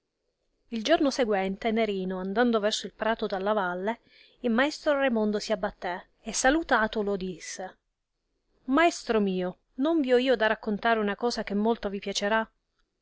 il giorno sequente nerino andando verso il prato dalla valle in maestro raimondo si abbattè e salutatolo disse maestro mio non vi ho io da raccontare una cosa che molto vi piacerà